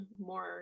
more